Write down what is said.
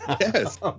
Yes